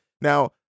Now